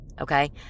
okay